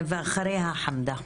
ואחריה חמדה,